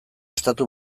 estatu